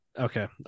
Okay